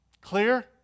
Clear